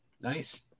Nice